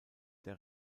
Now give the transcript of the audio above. der